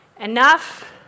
enough